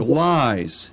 lies